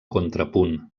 contrapunt